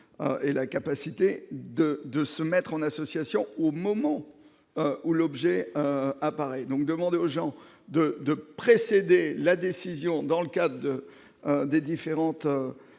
et la capacité de de se mettre en association, au moment où l'objet appareil donc demander aux gens de de précéder la décision dans le cas de des différentes